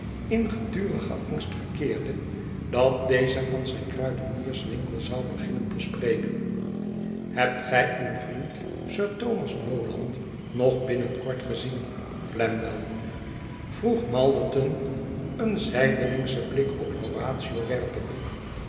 in predurigen angst verkeerde dat deze van zijn k ruidenierswinkel zou beginnen te spreken hebt gij uw vriend sir thomas noland nog binnen kort gezien flamwell vroeg malderton een zijdelingschen blik op